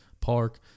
park